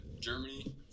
Germany